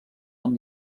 amb